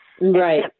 Right